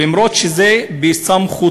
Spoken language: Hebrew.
למרות שזה בסמכותו,